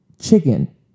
Chicken